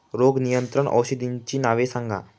रोग नियंत्रण औषधांची नावे सांगा?